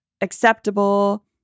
acceptable